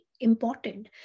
important